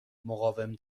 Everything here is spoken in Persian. مقاوم